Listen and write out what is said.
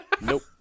Nope